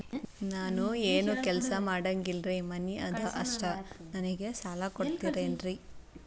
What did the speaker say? ನಾನು ಏನು ಕೆಲಸ ಮಾಡಂಗಿಲ್ರಿ ಮನಿ ಅದ ಅಷ್ಟ ನನಗೆ ಸಾಲ ಕೊಡ್ತಿರೇನ್ರಿ?